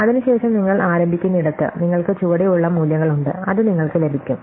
അതിനുശേഷം നിങ്ങൾ ആരംഭിക്കുന്നിടത്ത് നിങ്ങൾക്ക് ചുവടെയുള്ള മൂല്യങ്ങളുണ്ട് അത് നിങ്ങൾക്ക് ലഭിക്കും